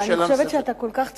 אני חושבת שאתה כל כך צודק,